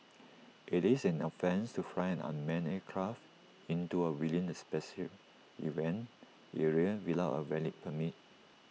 IT is an offence to fly an unmanned aircraft into or within the special event area without A valid permit